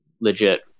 legit